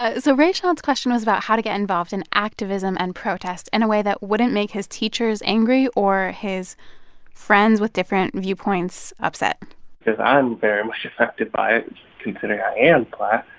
ah so rayshawn's question was about how to get involved in activism and protest in a way that wouldn't make his teachers angry or his friends with different viewpoints upset because i am very much affected by it considering i am black.